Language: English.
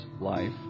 life